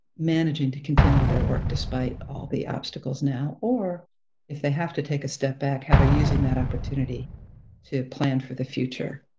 managing to continue their work despite all the obstacles now. or if they have to take a step back, how they're using that opportunity to plan for the future.